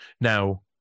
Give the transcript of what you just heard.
Now